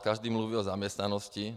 Každý mluví o zaměstnanosti.